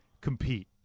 compete